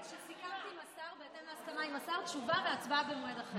בהתאם להסכמה עם השר, תשובה והצבעה במועד אחר.